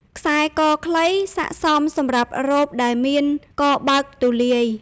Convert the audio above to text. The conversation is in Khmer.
ខ្សែកខ្លី ស័ក្តិសមសម្រាប់រ៉ូបដែលមានកបើកទូលាយ។